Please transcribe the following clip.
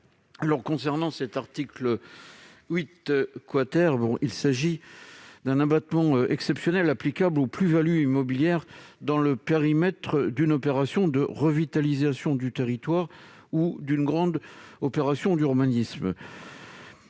techniques. L'article 8 prévoit un abattement exceptionnel applicable aux plus-values immobilières dans le périmètre d'une opération de revitalisation du territoire (ORT) ou d'une grande opération d'urbanisme